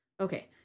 Okay